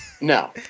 No